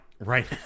Right